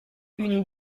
une